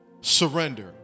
surrender